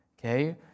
okay